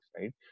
right